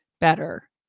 better